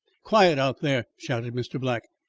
quiet out there! shouted mr. black.